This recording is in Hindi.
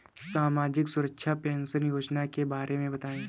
सामाजिक सुरक्षा पेंशन योजना के बारे में बताएँ?